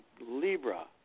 Libra